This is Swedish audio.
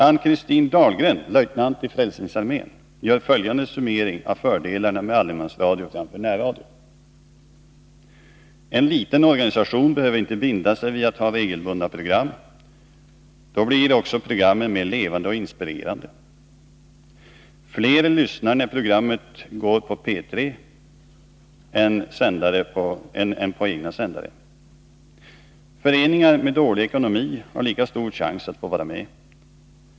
Ann-Christine Dahlgren, löjtnant i Frälsningsarmén, gör följande summering av fördelarna med allemansradio framför närradio: En liten organisation behöver inte binda sig vid att ha regelbundna program. Då blir också programmen mer levande och inspirerande. Fler lyssnar när programmet går ut på P 3-sändare än när det går ut på egna sändare. Föreningar med dålig ekonomi har lika stor chans att få vara med.